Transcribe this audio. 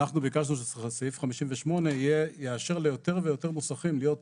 אנחנו ביקשנו שסעיף 58 יאפשר ליותר ויותר מוסכים להיות,